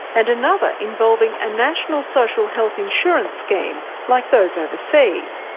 and another involving a national social health insurance scheme, like those overseas.